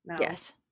yes